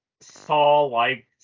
Saw-like